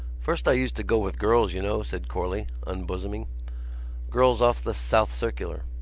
first i used to go with girls, you know, said corley, unbosoming girls off the south circular.